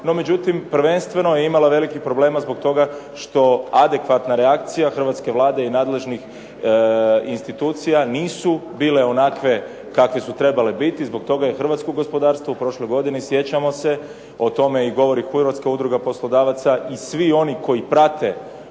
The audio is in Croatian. no međutim, prvenstveno je imala velikih problema zbog toga što adekvatna reakcija Hrvatske vlade i nadležnih institucija nisu bile onakve kakve su trebale biti, zbog toga je Hrvatsko gospodarstvo u prošloj godini, sjećamo se, o tome govori i Hrvatska udruga poslodavaca i svi oni koji prate kontinuirano ono što